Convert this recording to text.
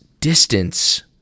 distance